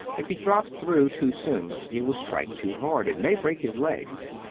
if he drops through too soon he will strike too hard, and may break his legs.